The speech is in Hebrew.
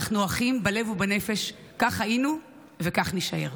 אנחנו אחים בלב ובנפש, כך היינו וכך נישאר.